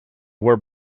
were